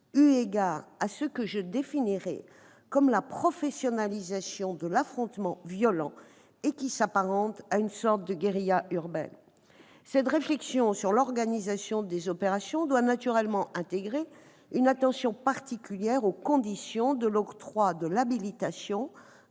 eu égard à ce que je définirai comme la professionnalisation de l'affrontement violent et qui s'apparente à une forme de guérilla urbaine. Cette réflexion sur l'organisation des opérations doit naturellement intégrer une attention particulière aux conditions de l'octroi de l'habilitation